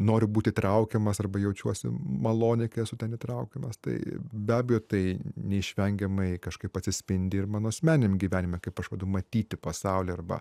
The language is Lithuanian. noriu būti traukiamas arba jaučiuosi maloniai kai esu ten įtraukiamas tai be abejo tai neišvengiamai kažkaip atsispindi ir mano asmeniniam gyvenime kaip kažkada matyti pasaulį arba